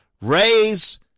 raise